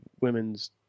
Women's